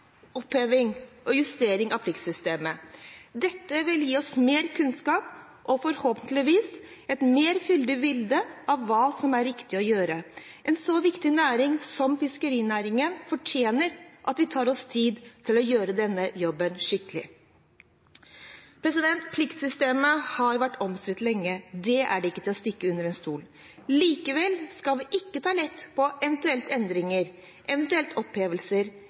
oppheving og justering av pliktsystemet. Dette vil gi oss mer kunnskap og forhåpentligvis et mer fyldig bilde av hva som er riktig å gjøre. En så viktig næring som fiskerinæringen fortjener at vi tar oss tid til å gjøre denne jobben skikkelig. Pliktsystemet har vært omstridt lenge, det er ikke til å stikke under stol. Likevel skal vi ikke ta lett på endringer,